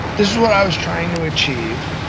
this is what i was trying to achieve,